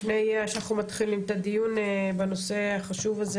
לפני שאני מתחילה את הדיון בנושא החשוב הזה,